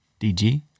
DG